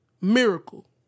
miracle